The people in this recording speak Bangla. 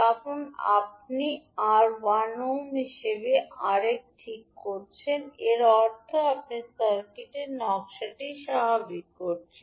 কারণ আপনি আর 1 ওম হিসাবে আরকে ঠিক করছেন এর অর্থ আপনি সার্কিটের নকশাটি স্বাভাবিক করছেন